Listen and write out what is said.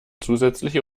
zusätzliche